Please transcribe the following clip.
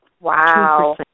Wow